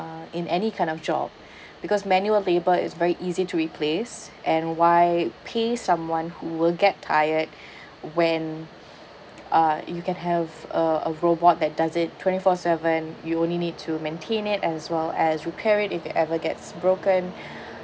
uh in any kind of job because manual labour is very easy to replace and why pay someone who will get tired when uh you can have a a robot that does it twenty four seven you only need to maintain it as well as repair it if it ever gets broken